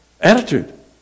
attitude